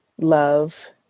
love